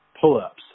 pull-ups